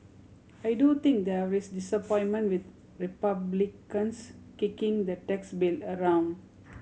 I do think there is disappointment with Republicans kicking the tax bill around